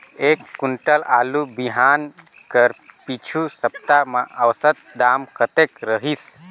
एक कुंटल आलू बिहान कर पिछू सप्ता म औसत दाम कतेक रहिस?